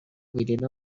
within